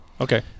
Okay